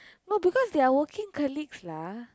no because they are working colleagues lah